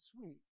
sweet